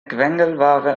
quengelware